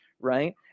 right